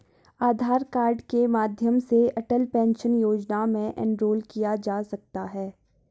आधार card के माध्यम से अटल पेंशन योजना में इनरोल किया जा सकता है